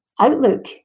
outlook